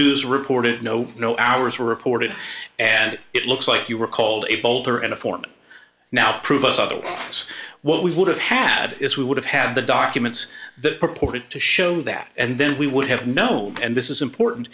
dues reported no no ours were reported and it looks like you were called a boulder and a foreman now to prove us other us what we would have had is we would have had the documents that purported to show that and then we would have known and this is important